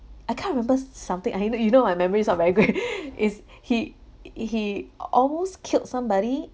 I can't remember something ah even you know my memories not very good is he it he al~ almost killed somebody